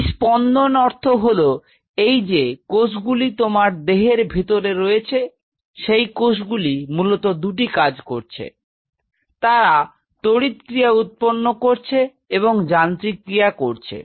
এই স্পন্দন অর্থ হল এই যে কোষগুলি তোমার দেহের ভিতরে রয়েছে সেই কোষগুলি মূলত দুটি কাজ করছে তারা তড়িৎ ক্রিয়া উৎপন্ন করছে এবং যান্ত্রিক ক্রিয়া করছে